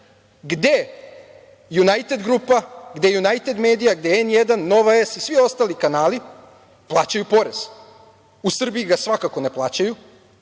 gde Junajted grupa, gde Junajted medija, gde N1, Nova S i svi ostali kanali plaćaju porez. U Srbiji ga svakako ne plaćaju,